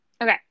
okay